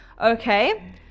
Okay